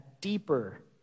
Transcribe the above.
deeper